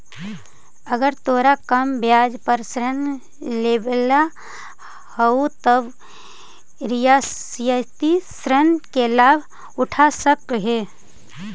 अगर तोरा कम ब्याज पर ऋण लेवेला हउ त रियायती ऋण के लाभ उठा सकऽ हें